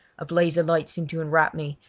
a blaze of light seemed to enwrap me,